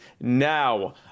now